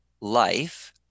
life